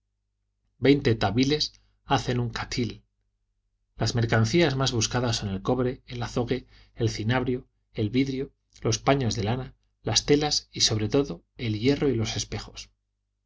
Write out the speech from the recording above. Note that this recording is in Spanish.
veinte tabiles hacen un cathil las mercancías más buscadas son el cobre el azogue el cinabrio el vidrio los paños de lana las telas y sobre todo el hierro y los espejos